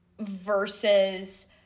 versus